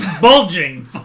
Bulging